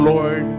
Lord